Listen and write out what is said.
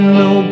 no